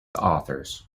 authors